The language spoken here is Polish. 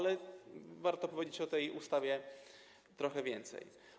Jednak warto powiedzieć o tej ustawie trochę więcej.